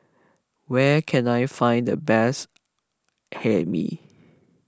where can I find the best Hae Mee